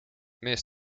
mees